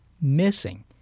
missing